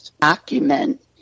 document